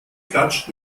klatscht